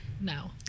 no